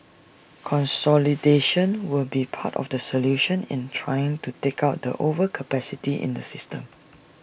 consolidation will be part of the solution in trying to take out the overcapacity in the system